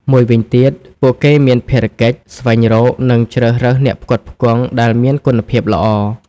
មួយវិញទៀត ពួកគេមានភារកិច្ច ស្វែងរក និងជ្រើសរើសអ្នកផ្គត់ផ្គង់ ដែលមានគុណភាពល្អ។